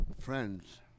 Friends